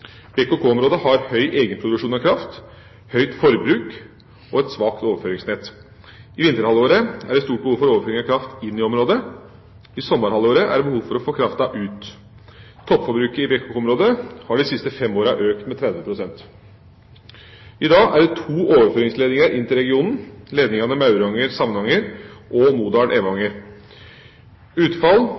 har høy egenproduksjon av kraft, høyt forbruk og svakt overføringsnett. I vinterhalvåret er det stort behov for overføring av kraft inn i området. I sommerhalvåret er det behov for å få kraften ut. Toppforbruket i BKK-området har de siste fem årene økt med 30 pst. I dag er det to overføringsledninger inn til regionen: ledningene Mauranger–Samnanger og Modalen–Evanger. Utfall